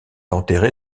enterré